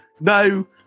No